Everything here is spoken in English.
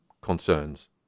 concerns